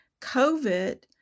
COVID